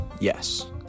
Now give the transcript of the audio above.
Yes